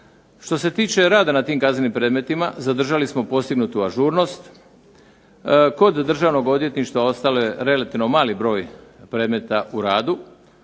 Što se tiče rada na tim kaznenim predmetima zadržali smo postignutu ažurnost, kod Državnog odvjetništva ostao je relativno mali broj predmeta u radu,